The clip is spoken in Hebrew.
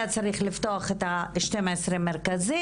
היה צריך לפתוח את 12 המרכזים,